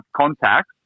contacts